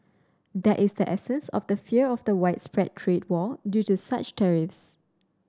that is the essence of the fear of the widespread trade war due to such tariffs